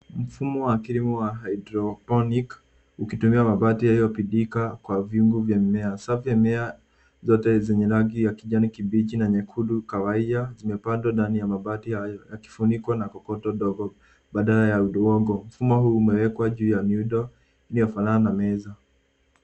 Mfumo wa kilimo wa hydroponic ukitumia mabati yaliyopigika kwa viungo vya mimea. Safu ya mimea zote zenye rangi ya kijani kibichi na nyekundu kahawia, zimepandwa ndani ya mabati hayo, ya kifunikwa na kokoto ndogo badala ya udongo. Mfumo huu umewekwa juu ya miundo iliyo fanana na meza.